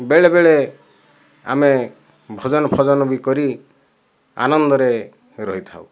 ବେଳେବେଳେ ଆମେ ଭଜନଫଜନ ବି କରି ଆନନ୍ଦରେ ରହିଥାଉ